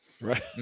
right